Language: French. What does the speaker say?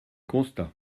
constat